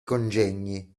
congegni